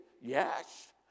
Yes